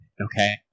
Okay